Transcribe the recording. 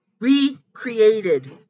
recreated